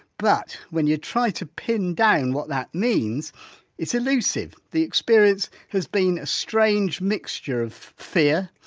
but when you try to pin down what that means it's illusive, the experience has been a strange mixture of fear,